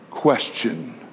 Question